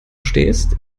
stehst